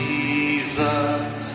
Jesus